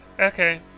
Okay